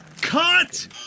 Cut